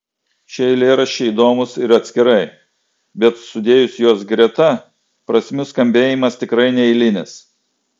šie eilėraščiai įdomūs ir atskirai bet sudėjus juos greta prasmių skambėjimas tikrai neeilinis